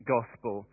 Gospel